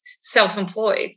self-employed